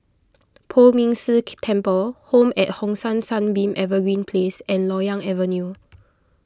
Poh Ming Temple Home at Hong San Sunbeam Evergreen Place and Loyang Avenue